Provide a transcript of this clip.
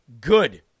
good